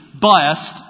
biased